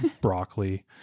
broccoli